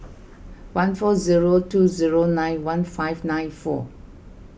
one four zero two zero nine one five nine four